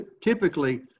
typically